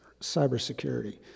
cybersecurity